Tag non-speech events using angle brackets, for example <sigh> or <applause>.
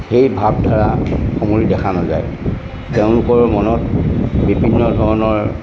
সেই ভাৱ ধাৰা <unintelligible> দেখা নাযায় তেওঁলোকৰ মনত বিভিন্ন ধৰণৰ